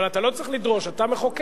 אבל אתה לא צריך לדרוש, אתה מחוקק.